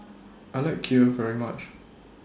I like Kheer very much